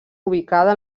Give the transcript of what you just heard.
ubicada